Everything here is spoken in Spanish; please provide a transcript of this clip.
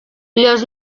los